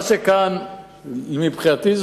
מה שזה אומר כאן מבחינתי,